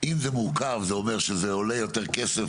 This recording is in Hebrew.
אם זה מורכב, זה אומר שזה עולה יותר כסף